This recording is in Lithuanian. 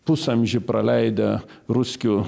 pusamžį praleidę ruskių